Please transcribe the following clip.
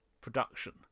production